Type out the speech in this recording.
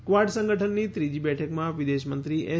Quad સંગઠનની ત્રીજી બેઠકમાં વિદેશમંત્રી એસ